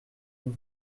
nous